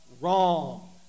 wrong